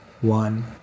One